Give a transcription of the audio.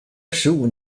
十五